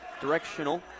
directional